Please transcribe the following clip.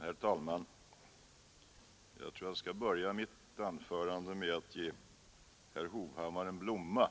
Herr talman! Jag skall börja mitt anförande med att ge herr Hovhammar en blomma,